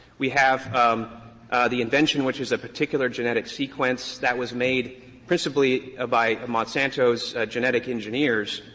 we have um the invention, which is a particular genetic sequence that was made principally ah by monsanto's genetic engineers.